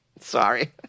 Sorry